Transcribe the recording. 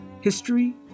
History